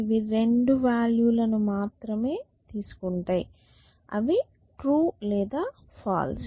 ఇవి రెండు వాల్యూ లను మాత్రమే తీసుకుంటాయి అవి ట్రూ లేదా ఫాల్స్